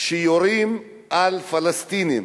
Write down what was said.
שיורים על פלסטינים.